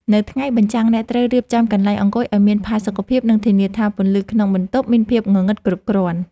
នៅថ្ងៃបញ្ចាំង អ្នកត្រូវរៀបចំកន្លែងអង្គុយឱ្យមានផាសុកភាព និងធានាថាពន្លឺក្នុងបន្ទប់មានភាពងងឹតគ្រប់គ្រាន់។